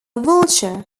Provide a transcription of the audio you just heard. vulture